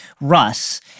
Russ